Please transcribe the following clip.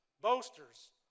boasters